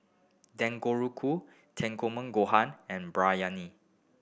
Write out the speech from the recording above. Gohan and Biryani